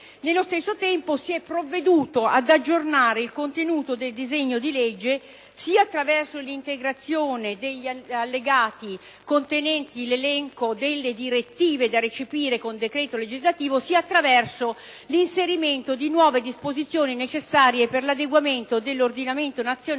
Nello stesso tempo si è provveduto ad aggiornare il contenuto del disegno di legge, sia attraverso l'integrazione degli allegati contenenti l'elenco delle direttive da recepire con decreto legislativo, sia attraverso l'inserimento di nuove disposizioni necessarie per l'adeguamento dell'ordinamento nazionale